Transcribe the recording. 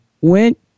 went